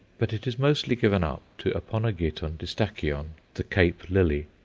but it is mostly given up to aponogeton distachyon the cape lily.